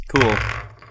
Cool